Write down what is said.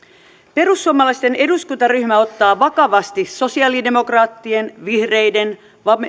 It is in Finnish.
perussuomalaisten eduskuntaryhmä ottaa vakavasti sosialidemokraattien vihreiden